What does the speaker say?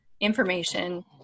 information